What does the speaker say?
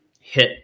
hit